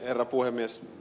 herra puhemies